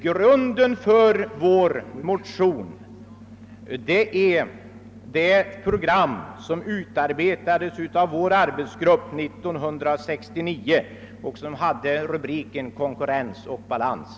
Grunden för våra motioner är det program som utarbetades av vår arbetsgrupp 1969 och som hade rubriken Konkurrens och balans.